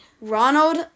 Ronald